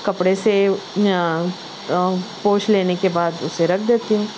کپڑے سے پوچھ لینے کے بعد اسے رکھ دیتی ہوں